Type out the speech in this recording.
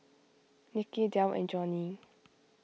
Niki Delle and Joni